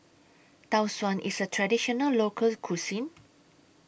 Tau Suan IS A Traditional Local Cuisine